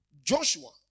Joshua